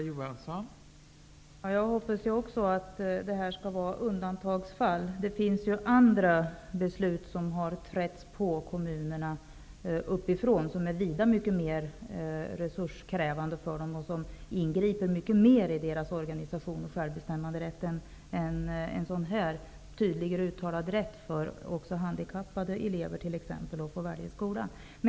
Fru talman! Också jag hoppas att det här skall vara undantagsfall. Det finns ju andra beslut som har trätts på kommunerna uppifrån, beslut som är vida mycket mer resurskrävande för dem och som ingriper mycket mer i deras organisation och självbestämmanderätt än en sådan här tydligare uttalad rätt för även handikappade elever att få välja skola.